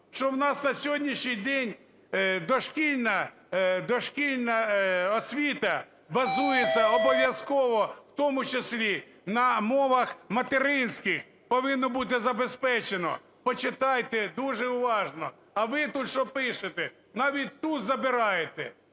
Що в нас на сьогоднішній день дошкільна освіта базується обов'язково, в тому числі на мовах материнських повинно бути забезпечено. Почитайте дуже уважно. А ви тут що пишете? Навіть тут забираєте